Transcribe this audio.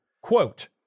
quote